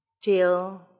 till